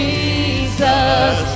Jesus